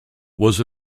was